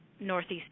Northeast